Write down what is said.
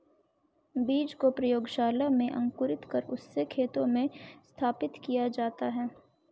बीज को प्रयोगशाला में अंकुरित कर उससे खेतों में स्थापित किया जाता है